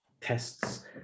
tests